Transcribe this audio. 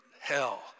hell